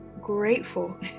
grateful